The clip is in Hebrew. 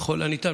ככל הניתן,